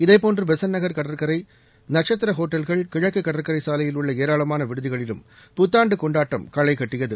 இதேபோன்று பெசன்ட் நகர் கடற்கரை நட்சத்திர ஹோட்டல்கள் கிழக்கு கடற்கரை சாலையில் உள்ள ஏராளமான விடுதிகளிலும் புத்தாண்டு கொண்டாட்டம் களை கட்டியது